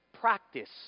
practice